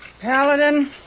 Paladin